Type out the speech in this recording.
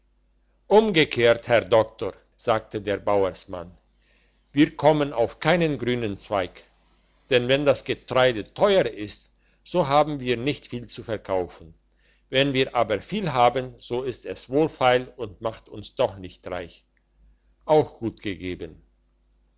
umgekehrt herr doktor sagte der bauersmann wir kommen auf keinen grünen zweig denn wenn das getreide teuer ist so haben wir nicht viel zu verkaufen wenn wir aber viel haben so ist es wohlfeil und macht uns doch nicht reich auch gut gegeben